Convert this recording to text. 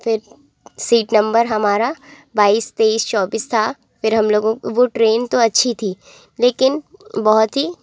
फिर seat number हमारा बाईस तेईस चौबीस था फिर हम लोगों वो ट्रेन तो अच्छी थी लेकिन बहुत ही